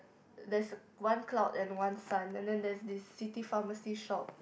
there's a one cloud and one sun and then there's this city pharmacy shop